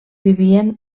vivien